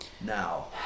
Now